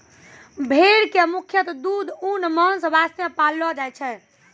भेड़ कॅ मुख्यतः दूध, ऊन, मांस वास्तॅ पाललो जाय छै